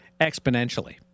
exponentially